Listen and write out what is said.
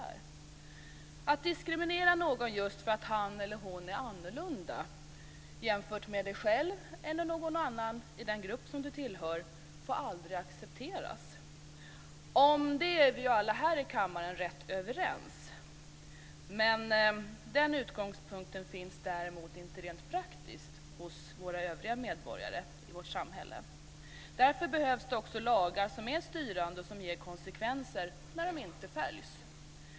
Att diskriminera någon just för att han eller hon är annorlunda jämfört med dig själv eller någon annan i den grupp som du tillhör får aldrig accepteras. Om det är vi alla här i kammaren rätt överens. Denna utgångspunkt finns däremot inte rent praktiskt hos våra övriga medborgare i vårt samhälle. Därför behövs det också lagar som är styrande och som ger konsekvenser när de inte följs.